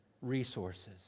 resources